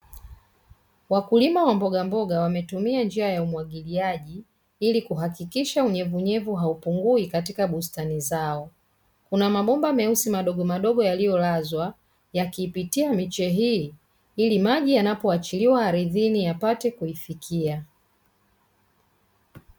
Wakulima wa mbogamboga wametumia njia ya umwagiliaji ili kuhakikisha unyevunyevu haupungui katika bustani zao. Kuna mabomba meusi madogomadogo yaliyolazwa yakiipitia miche hii, ili maji yanapoachiliwa ardhini yapate kuifikia.